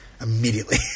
Immediately